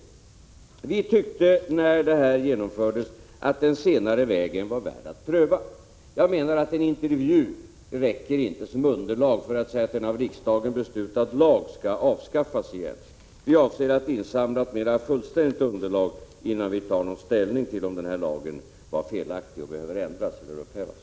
När vi införde systemet tyckte vi att den senare vägen var värd att pröva. En intervju räcker inte som underlag för att säga att den av riksdagen bestämda lagen skall avskaffas. Vi avser att insamla ett mera fullständigt underlag innan vi tar ställning till om denna lag var felaktig och behöver ändras eller upphävas.